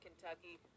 Kentucky